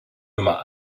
nummer